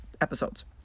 episodes